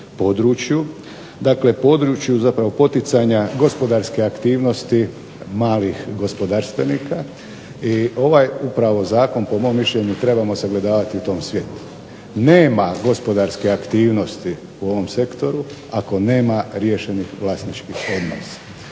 Dakle, području zapravo poticanja gospodarske aktivnosti malih gospodarstvenika i ovaj upravo Zakon po mom mišljenju trebamo sagledavati u tom svjetlu. Nema gospodarske aktivnosti u ovom sektoru ako nema riješenih vlasničkih odnosa.